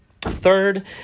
Third